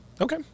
okay